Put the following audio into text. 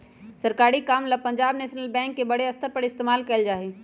सरकारी काम ला पंजाब नैशनल बैंक के बडे स्तर पर इस्तेमाल कइल जा हई